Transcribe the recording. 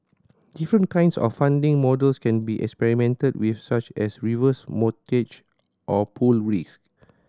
different kinds of funding models can be experimented with such as reverse mortgage or pooled risk